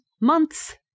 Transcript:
months